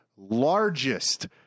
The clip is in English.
Largest